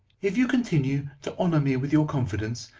if you continue to honour me with your confidence,